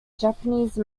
japanese